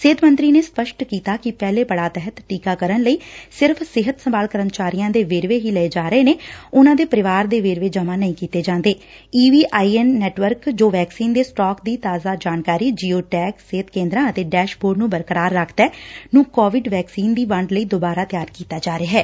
ਸਿਹਤ ਮੰਤਰੀ ਨੇ ਸਪਸ਼ਟ ਕੀਤਾ ਕਿ ਪਹਿਲੇ ਪੜਾਅ ਤਹਿਤ ਟੀਕਾਕਰਨ ਲਈ ਸਿਰਫ਼ ਸਿਹਤ ਸੰਭਾਲ ਕਰਮਚਾਰੀਆਂ ਦੇ ਵੇਰਵੇ ਹੀ ਲਏ ਜਾ ਰਹੇ ਨੇ ਉਨਾਂ ਦੇ ਪਰਿਵਾਰ ਦੇ ਵੇਰਵੇ ਜਮੂਾਂ ਨਹੀਂ ਕੀਤੇ ਜਾਂਦੇ E V I N network ਜੋ ਵੈਕਸੀਨ ਦੇ ਸਟਾਕ ਦੀ ਤਾਜ਼ਾ ਜਾਣਕਾਰੀ ਜੀਓ ਟੈਗ ਸਿਹਤ ਕੇਦਰਾ ਅਤੇ ਡੈਸ਼ਬੋਰਡ ਨੂੰ ਬਰਕਰਾਰ ਰੱਖਦੈ ਨੂੰ ਕੋਵਿਡ ਵੈਕਸੀਨ ਦੀ ਵੰਡ ਲਈ ਦੁਬਾਰਾ ਤਿਆਰ ਕੀਤਾ ਜਾ ਰਿਹੈ